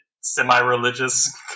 semi-religious